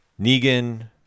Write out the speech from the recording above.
Negan